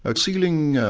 ah sealing,